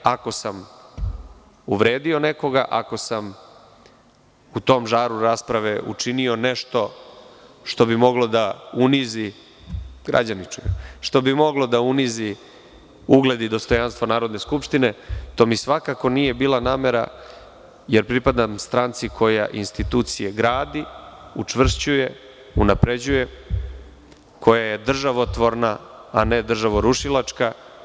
Ako sam uvredio nekoga, ako sam u tom žaru rasprave učinio nešto što bi moglo da unizi ugled i dostojanstvo Narodne skupštine, to mi svakako nije bila namera, jer pripadam stranci koja institucije gradi, učvršćuje, unapređuje, koja je državotvorna, a ne državorušilačka.